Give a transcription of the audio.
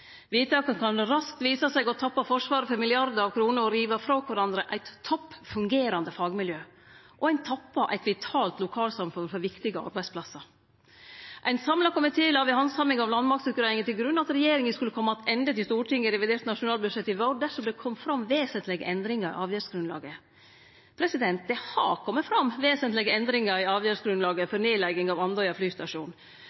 kan raskt vise seg å tappe Forsvaret for milliardar av kroner, rive frå kvarandre eit topp fungerande fagmiljø og tappe eit vitalt lokalsamfunn for viktige arbeidsplassar. Ein samla komité la ved handsaminga av landmaktutgreiinga til grunn at regjeringa skulle kome attende til Stortinget i revidert nasjonalbudsjett i vår dersom det kom fram vesentlege endringar i avgjerdsgrunnlaget. Det har kome fram vesentlege endringar i